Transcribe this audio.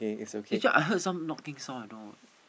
it's just I heard some knocking sound you know